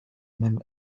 même